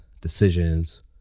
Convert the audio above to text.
decisions